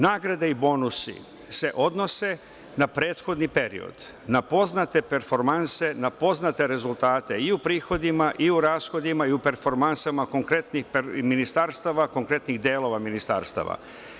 Nagrade i bonusi se odnose na prethodni period, na poznate performanse, na poznate rezultate i u prihodima i u rashodima i u performansama konkretnih ministarstava, konkretnih delova ministarstava.